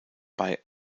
bei